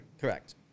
Correct